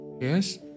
yes